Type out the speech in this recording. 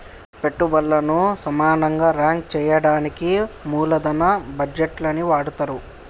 పెట్టుబల్లను సమానంగా రాంక్ చెయ్యడానికి మూలదన బడ్జేట్లని వాడతరు